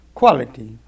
quality